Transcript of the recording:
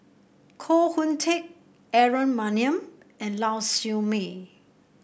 Koh Hoon Teck Aaron Maniam and Lau Siew Mei